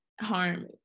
harm